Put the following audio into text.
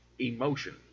emotion